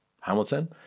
Hamilton